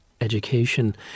education